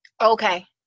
Okay